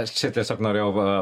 aš čia tiesiog norėjau va